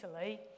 Italy